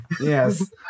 Yes